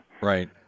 Right